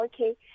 okay